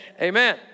amen